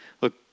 Look